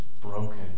broken